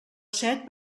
set